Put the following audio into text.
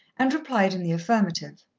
and replied in the affirmative.